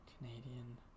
Canadian